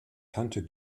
tante